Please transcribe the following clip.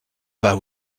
pas